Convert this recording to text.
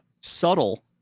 subtle